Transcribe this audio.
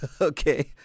Okay